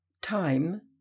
Time